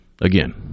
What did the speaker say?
again